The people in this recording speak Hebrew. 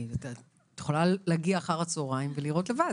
את יכולה להגיע אחר הצהרים ולראות לבד.